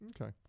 Okay